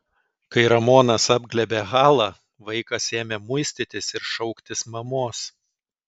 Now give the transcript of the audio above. kai ramonas apglėbė halą vaikas ėmė muistytis ir šauktis mamos